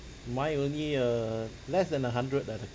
mine only err less than a hundred ah the